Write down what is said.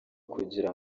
kugira